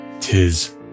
tis